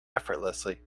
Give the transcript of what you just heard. effortlessly